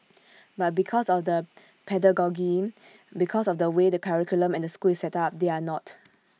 but because of the pedagogy because of the way the curriculum and the school is set up they are not